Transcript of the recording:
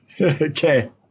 Okay